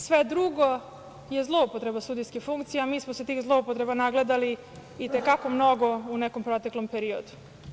Sve drugo je zloupotreba sudijske funkcije, a mi smo se tih zloupotreba nagledali i te kako mnogo u nekom proteklom periodu.